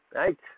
right